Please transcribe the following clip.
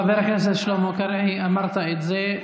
חבר הכנסת שלמה קרעי, אמרת את זה.